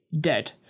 dead